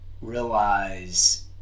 realize